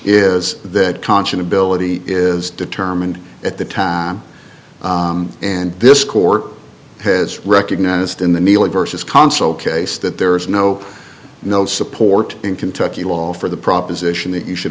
is that cancian ability is determined at the time and this court has recognized in the middle of vs console case that there is no no support in kentucky law for the proposition that you should